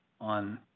on